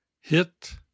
hit